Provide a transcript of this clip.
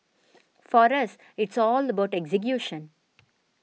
for us it's all about execution